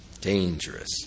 Dangerous